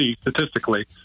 statistically